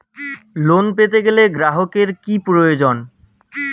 Loan পেতে গেলে গ্রাহকের কি প্রয়োজন?